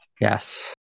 Yes